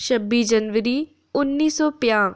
छब्बी जनवरी उन्नी सौ पं'जाह्